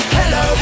Hello